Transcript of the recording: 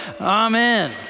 Amen